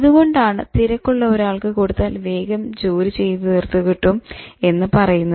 അതുകൊണ്ടാണ് തിരക്കുള്ള ഒരാൾക്ക് കൊടുത്താൽ വേഗം ജോലി തീർത്ത് കിട്ടും എന്ന് പറയുന്നത്